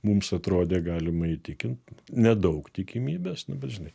mums atrodė galima įtikint nedaug tikimybės nu bet žinai